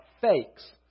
fakes